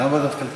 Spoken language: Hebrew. למה ועדת כלכלה?